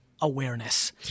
awareness